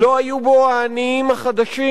לא היו בו העניים החדשים,